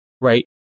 Right